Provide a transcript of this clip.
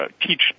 teach